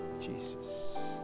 Jesus